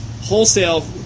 wholesale